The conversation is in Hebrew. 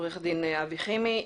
עורך דין אבי חיימי,